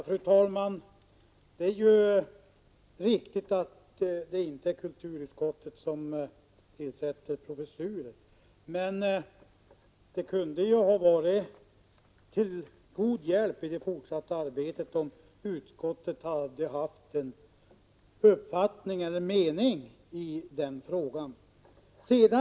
Fru talman! Det är ju riktigt att det inte är kulturutskottet som tillsätter professurer, men det kunde ha varit till god hjälp i det fortsatta arbetet om utskottet hade haft en uppfattning, en mening, i den frågan.